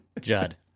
Judd